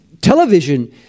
television